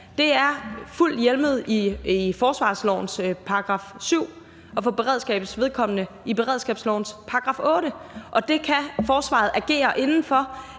Det er fuldt hjemlet i forsvarslovens § 7 og for beredskabets vedkommende i beredskabslovens § 8. Det kan forsvaret agere inden for,